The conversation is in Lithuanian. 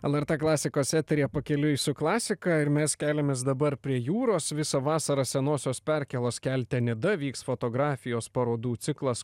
lrt klasikos eteryje pakeliui su klasika ir mes keliamės dabar prie jūros visą vasarą senosios perkėlos kelte nida vyks fotografijos parodų ciklas